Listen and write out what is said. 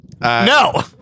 no